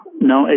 No